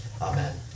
Amen